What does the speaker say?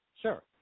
Sure